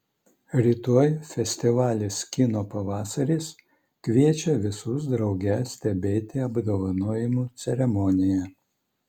rytoj festivalis kino pavasaris kviečia visus drauge stebėti apdovanojimų ceremoniją